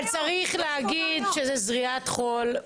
אבל צריך להגיד שזה זריית חול,